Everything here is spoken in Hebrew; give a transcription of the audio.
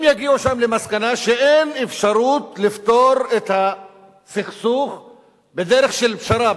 אם יגיעו שם למסקנה שאין אפשרות לפתור את הסכסוך בדרך של פשרה,